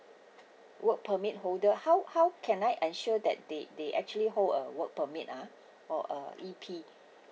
work permit holder how how can I ensure that they they actually hold a work permit ah or uh E_P